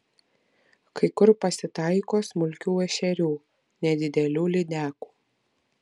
kai kur pasitaiko smulkių ešerių nedidelių lydekų